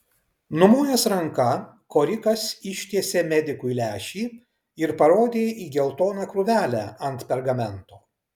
numojęs ranka korikas ištiesė medikui lęšį ir parodė į geltoną krūvelę ant pergamento